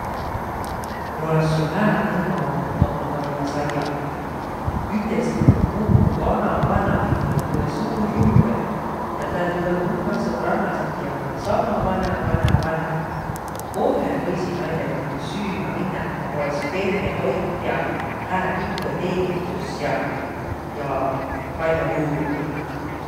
Mul olõs su hääd nõvvoannõt noq vaia saiaq. Üte sõnagaq, muq vana-vanaimäl tulõ suur juubõl ja täl tulõ hulga sõbrannasit, kiä ommaq sama vana-vana-vanaq. Kohe võisiq näidega külh süümä minnäq, koh olõs pehmeq toit ja hää kipõ teenindüs ja, ja pall'o ruumi?